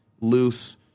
loose